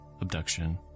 abduction